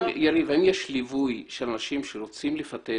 --- האם יש ליווי של אנשים שרוצים לפתח